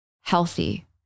healthy